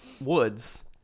woods